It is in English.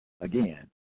Again